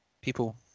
people